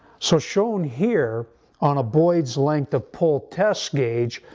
so shown here on a boyds length of pull test gage,